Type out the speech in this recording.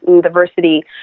diversity